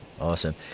awesome